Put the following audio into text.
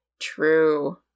True